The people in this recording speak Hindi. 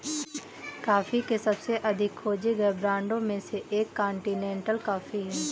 कॉफ़ी के सबसे अधिक खोजे गए ब्रांडों में से एक कॉन्टिनेंटल कॉफ़ी है